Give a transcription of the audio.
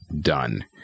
done